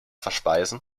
verspeisen